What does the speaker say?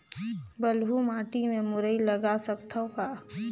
बलुही माटी मे मुरई लगा सकथव का?